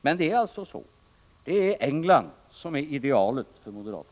Men det är alltså England som är idealet för moderaterna.